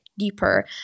deeper